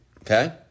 Okay